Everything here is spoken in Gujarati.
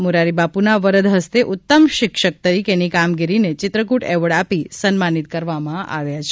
મોરારિબાપુના વરદ હસ્તે ઉત્તમ શિક્ષક તરીકેની કામગીરીને ચિત્રકૂટ એવોર્ડ આપી સનમાનીત કરવામાં આવેલ છે